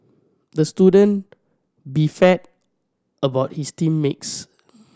the student beefed about his team makes